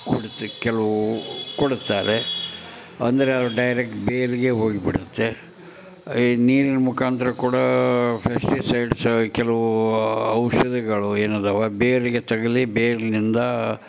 ಕೊಡುತ್ತೆ ಕೆಲವು ಕೊಡ್ತಾರೆ ಅಂದರೆ ಅದು ಡೈರೆಕ್ಟ್ ಬೇರಿಗೆ ಹೋಗಿಬಿಡುತ್ತೆ ಈ ನೀರಿನ ಮುಖಾಂತರ ಕೂಡ ಫೆಸ್ಟಿಸೈಡ್ಸ್ ಕೆಲವು ಔಷಧಿಗಳು ಏನಿದಾವೆ ಬೇರಿಗೆ ತಗುಲಿ ಬೇರಿನಿಂದ